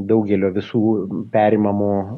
daugelio visų perimamu